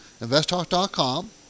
investtalk.com